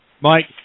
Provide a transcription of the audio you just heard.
Mike